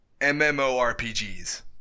MMORPGs